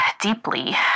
deeply